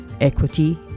equity